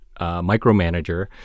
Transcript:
micromanager